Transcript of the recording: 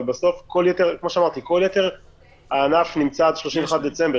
אבל בסוף כל יתר הענף נמצא עד 31 בדצמבר,